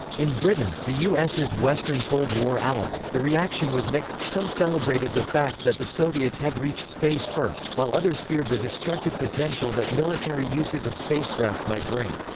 in britain, the us's western cold war ally, the reaction was mixed some celebrated the fact that the soviets had reached space first, while others feared the destructive potential that military uses of spacecraft might bring.